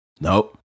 Nope